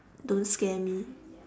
don't scare me